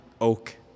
oak